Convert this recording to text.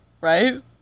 right